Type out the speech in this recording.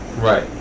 right